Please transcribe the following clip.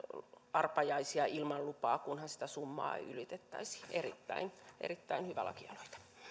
arpajaisia ilman lupaa kunhan sitä summaa ei ylitettäisi erittäin erittäin hyvä lakialoite